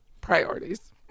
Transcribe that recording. Priorities